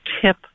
tip